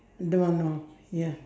don't know ya